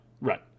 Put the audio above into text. Right